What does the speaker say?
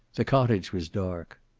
the cottage was dark.